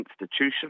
institution